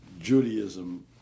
Judaism